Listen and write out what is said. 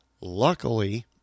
Luckily